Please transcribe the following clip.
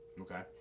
Okay